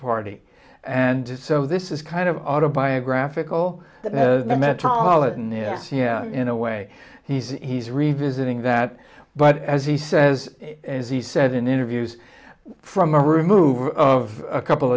party and so this is kind of autobiographical metropolitan area in a way he's he's revisiting that but as he says as he said in interviews from the removal of a couple